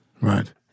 Right